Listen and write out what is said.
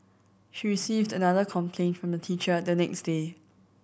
she received another complaint from the teacher the next day